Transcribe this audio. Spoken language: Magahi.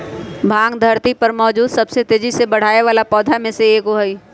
भांग धरती पर मौजूद सबसे तेजी से बढ़ेवाला पौधा में से एगो हई